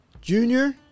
Junior